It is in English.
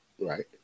Right